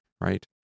right